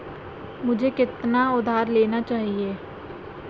मुझे कितना उधार लेना चाहिए?